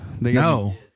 No